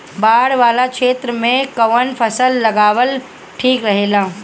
बाढ़ वाला क्षेत्र में कउन फसल लगावल ठिक रहेला?